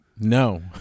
No